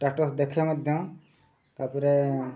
status ଦେଖେ ମଧ୍ୟ ତା'ପରେ